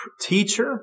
teacher